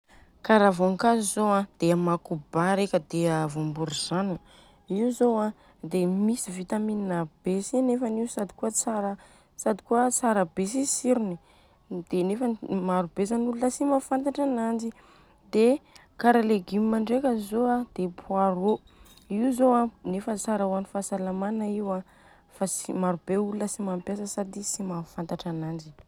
Kara vôngazo zô a dia makoba reka dia a vômborozano, io zô an dia misy vitamine be si nefa io sady kôa tsara tsara be si tsirony dia nefa maro be zany olona tsy mafantatra ananjy. Dia kara légume ndreka zô an dia pôarô io zô an nefa tsara hoan'ny fahasalamana io an fa tsy maro be olona tsy mampiasa sady tsy mafantatra ananjy.